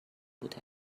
بوده